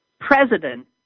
president